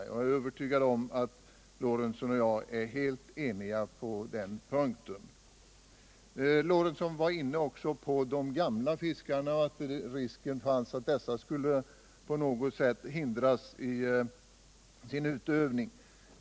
Jag är övertygad om att Gustav Lorentzon och jag är helt eniga på den punkten. Gustav Lorentzon var också inne på frågan om de gamla fiskarna och sade att risken finns att dessa skulle på något sätt hindras i sin utövning.